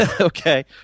okay